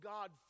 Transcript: God